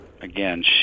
again